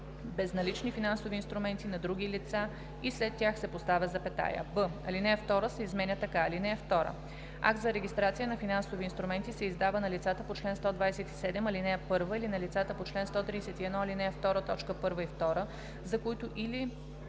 безналични финансови инструменти на други лица“ и след тях се поставя запетая; б) алинея 2 се изменя така: „(2) Акт за регистрация на финансови инструменти се издава на лицата по чл. 127, ал. 1 или на лицата по чл. 131, ал. 2, т. 1 и 2, за които или